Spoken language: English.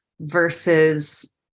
versus